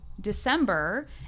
December